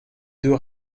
deux